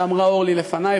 שאמרה אורלי לפני,